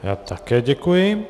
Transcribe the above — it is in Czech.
Já také děkuji.